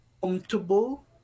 comfortable